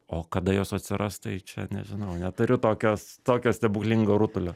o kada jos atsiras tai čia nežinau neturiu tokios tokio stebuklingo rutulio